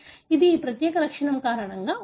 ఇది ఈ ప్రత్యేక లక్షణం కారణంగా ఉంది